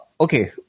Okay